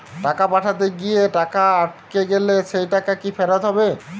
টাকা পাঠাতে গিয়ে টাকা আটকে গেলে সেই টাকা কি ফেরত হবে?